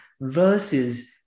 versus